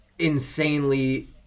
insanely